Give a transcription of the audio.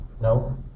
no